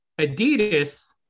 Adidas